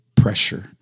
pressure